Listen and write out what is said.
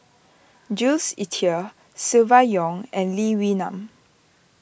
Jules Itier Silvia Yong and Lee Wee Nam